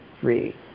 three